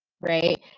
right